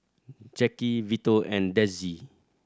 Jacki Vito and Dezzie